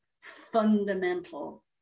fundamental